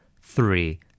three